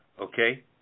okay